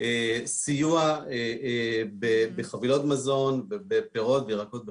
סיוע בחבילות מזון, בפירות, בירקות וכו',